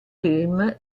film